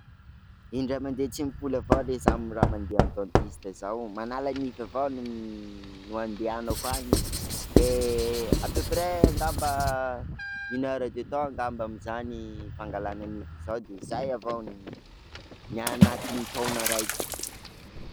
Indray mande tsy mipoly avao ley zaho raha mandeha amin'ny dentiste zao, manala nify avao no- no andehanako any de à peu prés ngamba une heure de temps ngamba mijany fangalana nify zao de zay avao ny anatin'ny taona raiky.